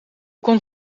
kon